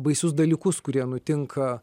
baisius dalykus kurie nutinka